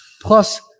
Plus